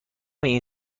این